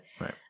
Right